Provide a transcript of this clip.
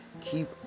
keep